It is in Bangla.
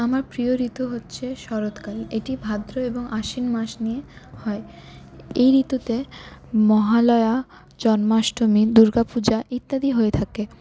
আমার প্রিয় ঋতু হচ্ছে শরৎকাল এটি ভাদ্র এবং আশ্বিন মাস নিয়ে হয় এই ঋতুতে মহালয়া জন্মাষ্টমী দুর্গাপূজা ইত্যাদি হয়ে থাকে